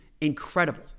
incredible